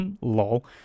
lol